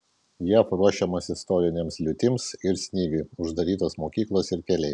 jav ruošiamasi istorinėms liūtims ir snygiui uždarytos mokyklos ir keliai